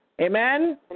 amen